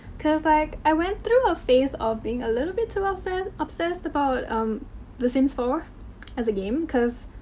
cause like, i went through a phase of being a little bit too ah obse obsessed about um the sims four as a game. cause.